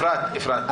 אפרת, אפרת.